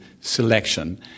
selection